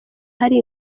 hari